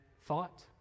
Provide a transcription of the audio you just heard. thought